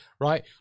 right